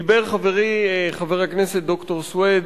דיבר חברי, חבר הכנסת ד"ר סוייד,